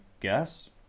guess